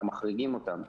אנחנו מחריגים אותם,